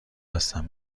هستم